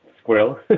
squirrel